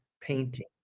painting